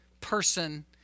person